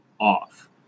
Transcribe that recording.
off